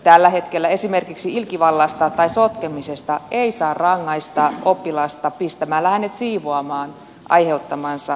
tällä hetkellä esimerkiksi ilkivallasta tai sotkemisesta ei saa rangaista oppilasta pistämällä hänet siivoamaan aiheuttamansa sotkut